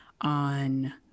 on